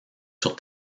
sur